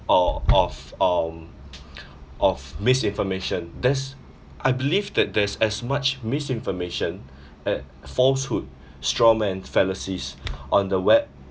or of um of misinformation there's I believe that there's as much misinformation at falsehood straw man fallacies on the web